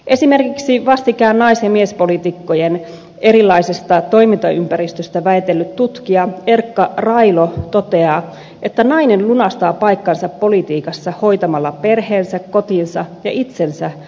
esimerkiksi vastikään nais ja miespoliitikkojen erilaisesta toimintaympäristöstä väitellyt tutkija erkka railo toteaa että nainen lunastaa paikkansa politiikassa hoitamalla perheensä kotinsa ja itsensä työn ohessa